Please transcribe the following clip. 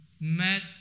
met